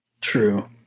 True